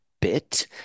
bit